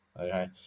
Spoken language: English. okay